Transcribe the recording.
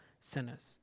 sinners